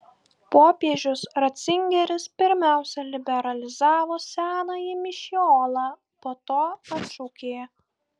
popiežius ratzingeris pirmiausia liberalizavo senąjį mišiolą po to atšaukė